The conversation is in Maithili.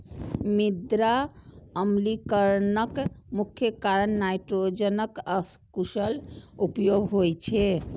मृदा अम्लीकरणक मुख्य कारण नाइट्रोजनक अकुशल उपयोग होइ छै